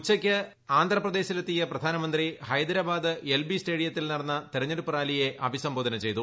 ഉച്ചയ്ക്ക് ആന്ധ്രാപ്രദേശിൽ എത്തിയ പ്രധാനമന്ത്രി ഹൈദരാബ്ദ് എൽ ബി സ്റ്റേഡിയത്തിൽ നടന്ന തെരഞ്ഞെടുപ്പ് റാലിയെ അഭിസംബോധന ചെയ്തു